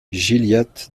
gilliatt